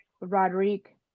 Roderick